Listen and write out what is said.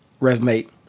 resonate